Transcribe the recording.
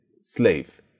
slave